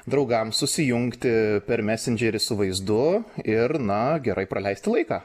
draugams susijungti per mesedžerį su vaizdu ir na gerai praleisti laiką